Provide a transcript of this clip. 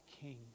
king